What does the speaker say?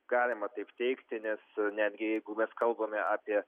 galima taip teigti nes netgi jeigu mes kalbame apie